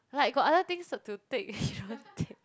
like got other things so to take he don't take